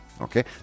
okay